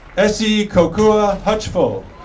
esie kokua hutchful.